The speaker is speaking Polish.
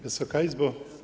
Wysoka Izbo!